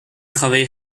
travaille